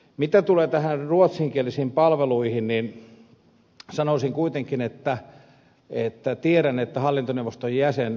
mitä tulee näihin ruotsinkielisiin palveluihin niin sanoisin kuitenkin että tiedän että hallintoneuvoston jäsen ed